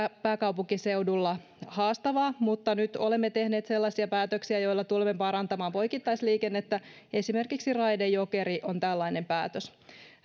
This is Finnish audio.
pääkaupunkiseudulla haastavaa mutta nyt olemme tehneet sellaisia päätöksiä joilla tulemme parantamaan poikittaisliikennettä esimerkiksi raide jokeri on tällainen päätös